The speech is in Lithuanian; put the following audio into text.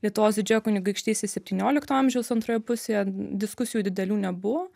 lietuvos didžioji kunigaikštystė septyniolikto amžiaus antroje pusėje diskusijų didelių nebuvo